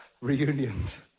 reunions